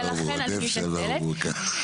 ולכן, אני מתנצלת.